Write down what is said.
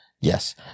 Yes